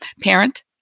parent